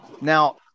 now